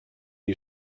you